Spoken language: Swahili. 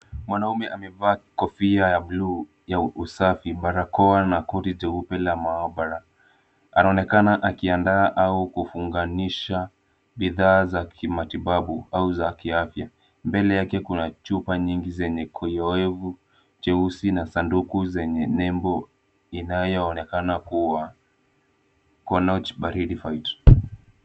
Mwanaume amevaa kofia ya bluu ya usafi barakoa na koti jeupe la maabara. Anaonekana akiandaa au kufunganisha bidhaa za kimatibabu au za kiafya. Mbele yake kuna chupa nyingi zenye kioevu cheusi na sanduku zenye nembo inayoonekana kuwa [cs ]Kenoch bakta fight .